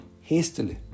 hastily